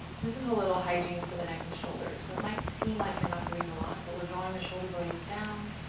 this is a little hygiene for the neck and shoulders. so it might seem like you're not doing a lot, but we're drawing the shoulder blades down.